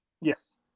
Yes